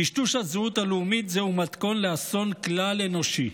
טשטוש הזהות הלאומית הוא מתכון לאסון כלל-אנושי.